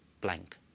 blank